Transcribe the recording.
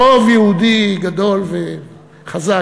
רוב יהודי גדול וחזק,